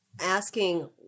asking